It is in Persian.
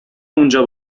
اونجا